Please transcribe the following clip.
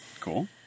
Cool